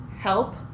help